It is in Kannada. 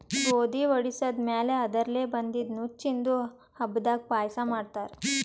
ಗೋಧಿ ವಡಿಸಿದ್ ಮ್ಯಾಲ್ ಅದರ್ಲೆ ಬಂದಿದ್ದ ನುಚ್ಚಿಂದು ಹಬ್ಬದಾಗ್ ಪಾಯಸ ಮಾಡ್ತಾರ್